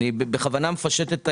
אני בכוונה מפשט את העניין.